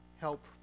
help